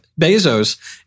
Bezos